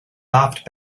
laughed